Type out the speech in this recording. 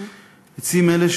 עצים אלה,